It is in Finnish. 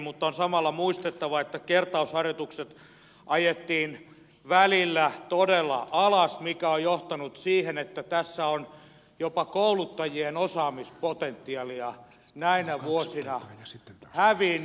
mutta on samalla muistettava että kertausharjoitukset ajettiin välillä todella alas mikä on johtanut siihen että tässä on jopa kouluttajien osaamispotentiaalia näinä vuosina hävinnyt